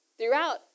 Throughout